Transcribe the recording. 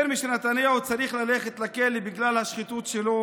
יותר משנתניהו צריך ללכת לכלא בגלל השחיתות שלו,